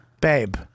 babe